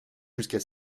jusqu’à